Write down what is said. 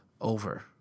over